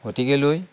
গতিকেলৈ